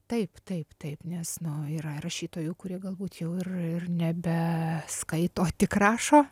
taip taip taip nes nu yra rašytojų kurie galbūt jau ir ir nebe skaito tik rašo